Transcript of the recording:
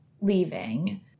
leaving